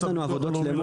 יש לנו עבודות שלמות,